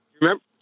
Remember